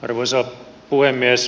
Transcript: arvoisa puhemies